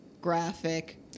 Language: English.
graphic